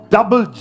Double